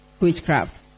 Witchcraft